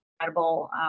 incredible